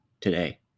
today